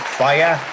fire